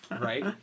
Right